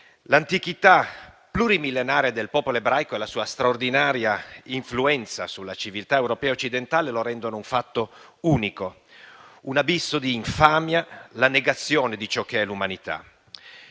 l'antichità plurimillenaria del popolo ebraico e la sua straordinaria influenza sulla civiltà europea e occidentale, lo rendono un fatto unico: un abisso di infamia, la negazione di ciò che è l'umanità.